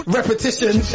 Repetition